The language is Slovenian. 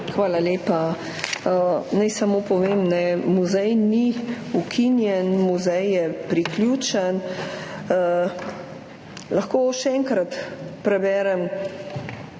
Hvala lepa. Naj samo povem, muzej ni ukinjen, muzej je priključen – lahko še enkrat preberem,